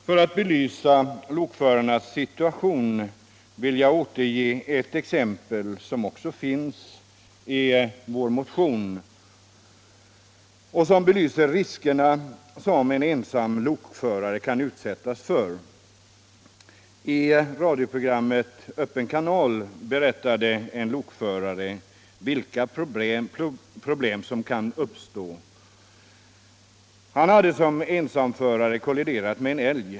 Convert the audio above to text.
För att belysa lokförarnas situation vill jag återge ett exempel — som också finns upptaget i vår motion — som visar de risker en ensam lokförare kan utsättas för. I radioprogrammet Öppen kanal berättade en lokförare om vilka problem som kan uppstå. Han hade som ensamförare en gång kolliderat med en älg.